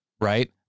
right